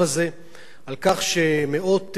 שמאות תלמידים, ליתר דיוק תלמידות,